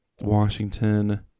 Washington